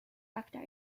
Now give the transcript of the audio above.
actor